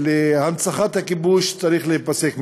להנצחת הכיבוש, צריך להיפסק מייד.